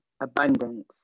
abundance